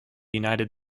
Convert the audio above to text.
united